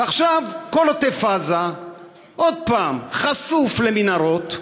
ועכשיו כל עוטף-עזה עוד פעם חשוף למנהרות.